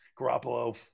Garoppolo